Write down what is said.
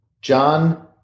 John